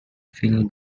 phil